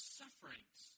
sufferings